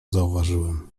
zauważyłem